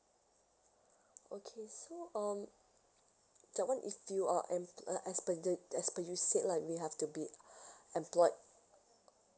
okay so um that [one] if you are em~ uh as per the as per you said lah we have to be employed